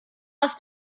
aus